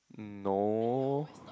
mm no